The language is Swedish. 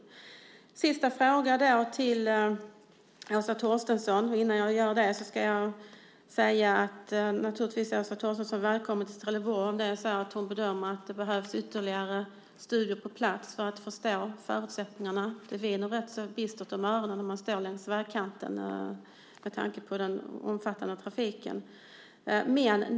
Jag ska ställa en sista fråga till Åsa Torstensson. Innan jag gör det vill jag säga att Åsa Torstensson naturligtvis är välkommen till Trelleborg, om hon bedömer att det behövs ytterligare studier på plats för att förstå förutsättningarna. Det viner rätt bistert om öronen när man står vid vägkanten beroende på den omfattande trafiken.